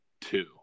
two